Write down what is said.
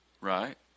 Right